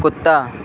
कुत्ता